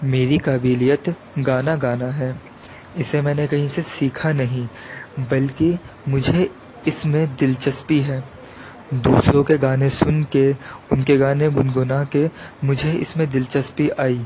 میری قابلیت گانا گانا ہے اسے میں نے کہیں سے سیکھا نہیں بلکہ مجھے اس میں دلچسپی ہے دوسروں کے گانے سن کے ان کے گانے گنگنا کے مجھے اس میں دلچسپی آئی